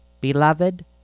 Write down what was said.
Beloved